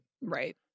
Right